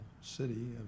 city